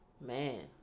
man